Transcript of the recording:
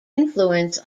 influence